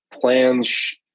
plans